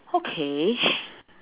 okay